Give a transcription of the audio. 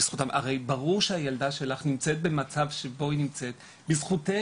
הרי ברור שהילדה שלך נמצאת במצב שבו היא נמצאת בזכותך,